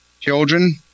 Children